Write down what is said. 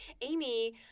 Amy